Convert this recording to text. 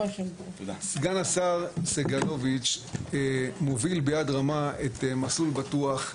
סגן השר סגלוביץ' מוביל ביד רמה את מסלול בטוח,